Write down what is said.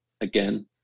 again